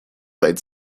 sein